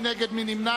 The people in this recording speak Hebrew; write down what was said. מי נגד?